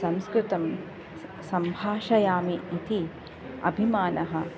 संस्कृतं सम्भाषयामि इति अभिमानः